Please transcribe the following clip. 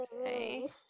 Okay